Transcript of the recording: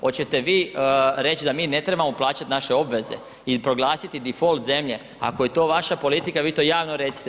Hoćete vi reći da mi ne trebamo plaćati naše obveze i proglasiti difolt zemlje, ako je to vaša politika vi to javno recite.